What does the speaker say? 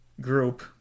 group